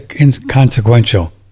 inconsequential